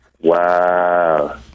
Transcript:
Wow